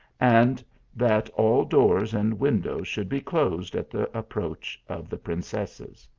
and that all doors and windows should be closed at the approach of the princesses.